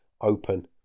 open